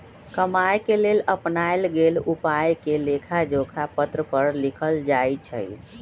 कमाए के लेल अपनाएल गेल उपायके लेखाजोखा पत्र पर लिखल जाइ छइ